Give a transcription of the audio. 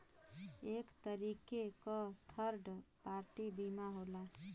एक तरीके क थर्ड पार्टी बीमा होला